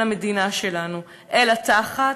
של המדינה שלנו, אלא תחת,